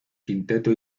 quinteto